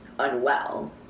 unwell